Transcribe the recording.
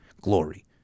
glory